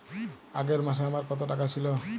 আগের মাসে আমার কত টাকা ছিল?